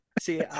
See